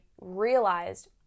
realized